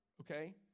okay